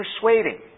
persuading